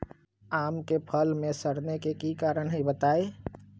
आम क फल म सरने कि कारण हई बताई?